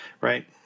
right